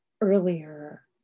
earlier